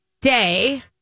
day